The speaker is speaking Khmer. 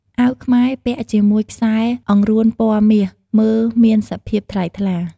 អាវខ្មែរពាក់ជាមួយខ្សែអង្រួនពណ៌មាសមើលមានសភាពថ្លៃថ្លា។